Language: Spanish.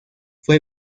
fue